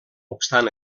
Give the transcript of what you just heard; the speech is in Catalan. obstant